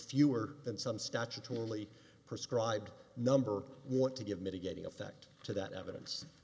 fewer than some statutorily prescribed number want to give mitigating effect to that evidence